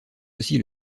aussi